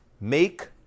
Make